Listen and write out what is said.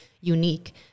unique